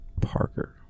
Parker